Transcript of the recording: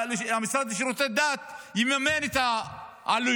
אומר שהמשרד לשירותי דת יממן את העלויות,